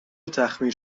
تخمیر